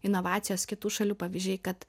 inovacijos kitų šalių pavyzdžiai kad